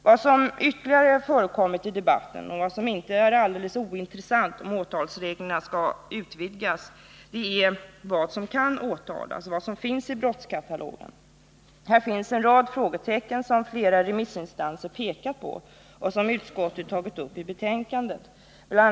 Vad som ytterligare har förekommit i debatten, och vad som inte är alldeles ointressant om åtalsreglerna skall utvidgas, är vad som kan åtalas, vad som finns i brottskatalogen. Här finns en rad frågetecken som flera remissinstanser har pekat på och som utskottet har tagit upp i betänkandet. Bl.